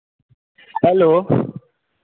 hello